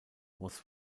was